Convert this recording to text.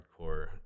hardcore